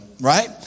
right